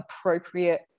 appropriate